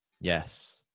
Yes